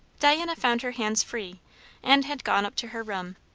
diana found her hands free and had gone up to her room,